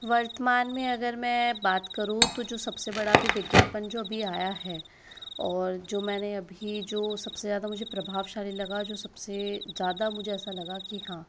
वर्तमान में अगर मैं बात करूँ तो जो सब से बड़ा अभी विज्ञापन जो अभी आया है और जो मैंने अभी जो सब से ज़्यादा मुझे प्रभावशाली लगा जो सब से ज़्यादा मुझे ऐसा लगा कि हाँ